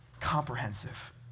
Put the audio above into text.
comprehensive